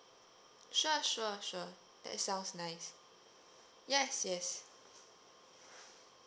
sure sure sure that sounds nice yes yes